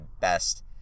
best